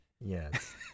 Yes